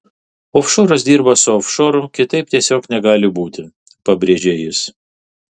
ofšoras dirba su ofšoru kitaip tiesiog negali būti pabrėžė jis